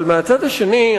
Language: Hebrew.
אבל מהצד השני,